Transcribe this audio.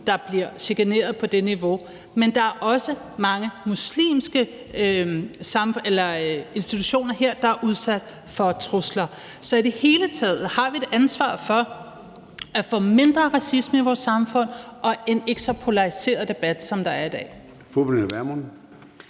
der bliver chikaneret på det niveau, men der er også mange muslimske institutioner her, der er udsat for trusler. Så i det hele taget har vi et ansvar for at få mindre racisme i vores samfund og en ikke så polariseret debat, som der er i dag.